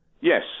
Yes